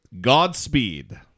Godspeed